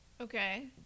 Okay